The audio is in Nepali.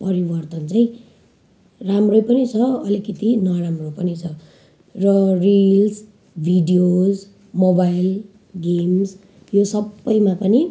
परिवर्तन चाहिँ राम्रो पनि छ अलिकिति नराम्रो पनि छ र रिल्स भिडियोस मोबाइल गेम्स यो सबैमा पनि